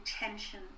intention